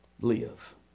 Live